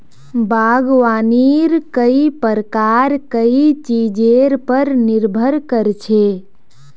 बागवानीर कई प्रकार कई चीजेर पर निर्भर कर छे